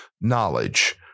knowledge